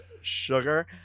sugar